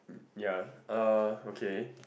ya uh okay